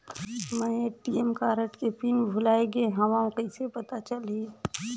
मैं ATM card के pin भुलाए गे हववं कइसे पता चलही?